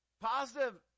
Positive